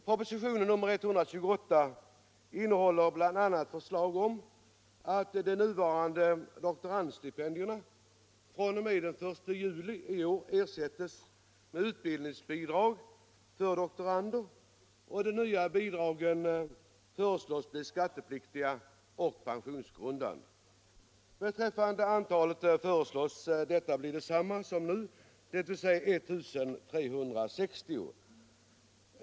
Propositionen 128 innehåller bl.a. förslag om att de nuvarande doktorandstipendierna fr.o.m. den 1 juli i år ersätts av utbildningsbidrag för doktorander, och de nya bidragen föreslås bli skattepliktiga och pensionsgrundande. Antalet föreslås bli detsamma som nu, dvs. 1360.